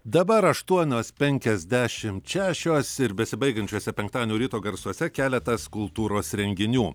dabar aštuonios penkiasdešimt šešios ir besibaigiančiuose penktadienio ryto garsuose keletas kultūros renginių